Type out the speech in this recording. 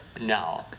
no